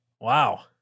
Wow